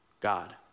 God